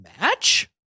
match